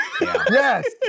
Yes